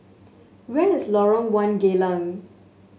where is Lorong One Geylang